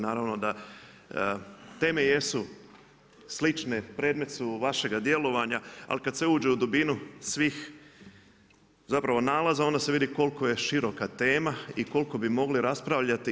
Naravno da teme jesu slične, predmet su vašega djelovanja, ali kad sve uđe u dubinu svih zapravo nalaza onda se vidi koliko je široka tema i koliko bi mogli raspravljati.